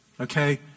Okay